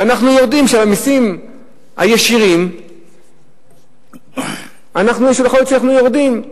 ואנחנו יודעים שבמסים הישירים יכול להיות שאנחנו יורדים,